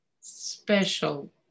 special